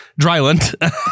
Dryland